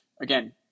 again